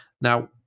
Now